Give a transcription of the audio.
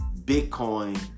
Bitcoin